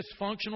dysfunctional